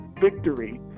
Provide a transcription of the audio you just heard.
victory